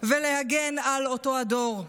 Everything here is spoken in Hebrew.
ולהגן על אותו הדור.